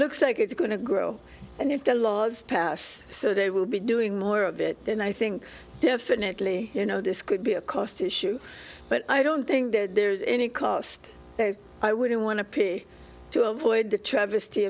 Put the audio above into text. looks like it's going to grow and if the laws pass so they will be doing more of it then i think definitively you know this could be a cost issue but i don't think there's any cost i wouldn't want to pay to avoid the travesty